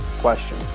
question